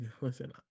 Listen